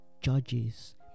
judges